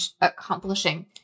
accomplishing